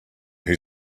who